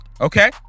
Okay